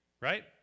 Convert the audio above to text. Right